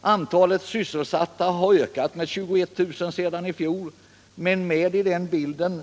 Antalet sysselsatta har ökat med 21 000 sedan i fjol, men med i bilden